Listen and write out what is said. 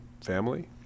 family